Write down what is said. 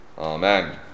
Amen